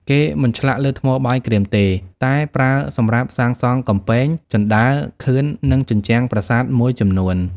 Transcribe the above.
គេមិនឆ្លាក់លើថ្មបាយក្រៀមទេ តែប្រើសម្រាប់សាងសង់កំពែង ជណ្តើរ ខឿន និងជញ្ជាំងប្រាសាទមួយចំនួន។